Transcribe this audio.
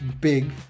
big